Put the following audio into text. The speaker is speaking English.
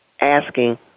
asking